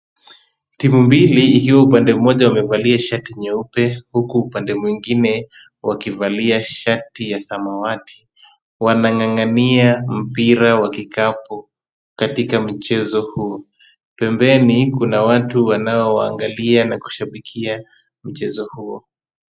Timu mbili ikiwa upande moja wamevalia shati nyeupe huku upande mwingine wakivalia shati ya samawati. Wanang'ang'ania mpira wa kikapu katika mchezo huu. Pembeni kuna watu wanaowaangalia na kushabikia mchezo huo.